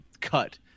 cut